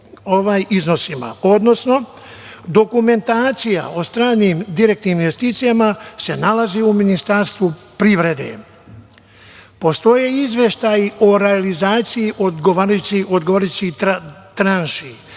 odnosno dokumentacija o stranim direktnim investicijama se nalazi u Ministarstvu privrede. Postoje izveštaji o realizaciji odgovarajućih tranši,